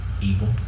evil